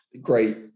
great